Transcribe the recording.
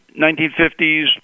1950s